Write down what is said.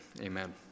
Amen